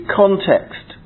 context